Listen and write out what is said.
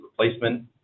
replacement